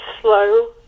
slow